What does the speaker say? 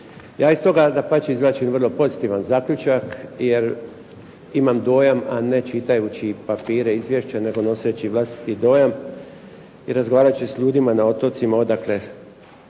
Ja iz toga dapače izvlačim vrlo pozitivan zaključak, jer imam dojam a ne čitajući papire izvješća, nego nosajući vlastiti dojam i razgovarat ću s ljudima na otocima odakle